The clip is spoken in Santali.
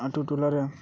ᱟᱛᱳ ᱴᱚᱞᱟ ᱨᱮ